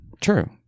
true